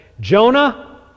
Jonah